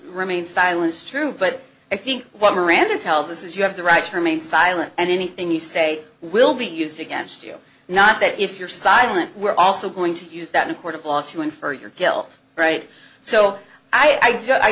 remain silent is true but i think what miranda tells us is you have the right to remain silent and anything you say will be used against you not that if you're silent we're also going to use that in a court of law to infer your guilt right so i